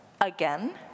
again